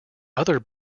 other